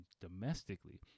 domestically